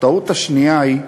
הטעות השנייה היא,